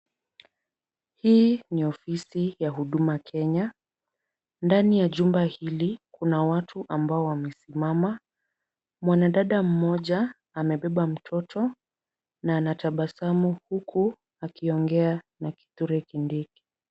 Hii ni ofisi ya huduma Kenya, ndani ya jumba hili kuna watu ambao wamesimama. Mwanadada mmoja amebeba mtoto na anatabasamu huku akiongea na Kithure Kindiki.